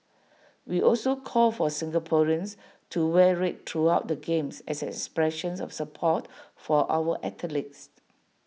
we also call for Singaporeans to wear red throughout the games as an expression of support for our athletes